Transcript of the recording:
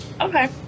Okay